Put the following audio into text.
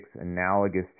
analogous